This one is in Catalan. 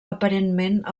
aparentment